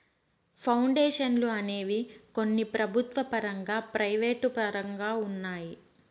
పౌండేషన్లు అనేవి కొన్ని ప్రభుత్వ పరంగా ప్రైవేటు పరంగా ఉన్నాయి